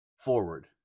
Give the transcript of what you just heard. FORWARD